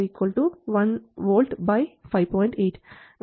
17 volts എന്നതിനേക്കാൾ താഴെയായിരിക്കണം